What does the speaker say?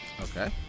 okay